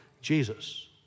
Jesus